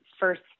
first